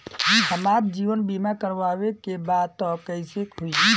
हमार जीवन बीमा करवावे के बा त कैसे होई?